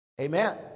Amen